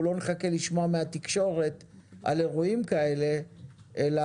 אנחנו לא נחכה לשמוע מן התקשורת על אירועים כאלה אלא